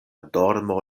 dormo